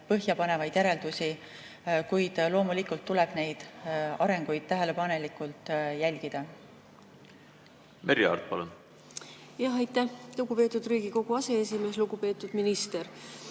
põhjapanevaid järeldusi, kuid loomulikult tuleb neid arenguid tähelepanelikult jälgida. Merry Aart, palun! Aitäh, lugupeetud Riigikogu aseesimees! Lugupeetud minister!